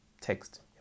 text